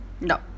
No